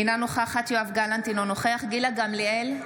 אינה נוכחת יואב גלנט, אינו נוכח גילה גמליאל,